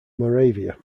moravia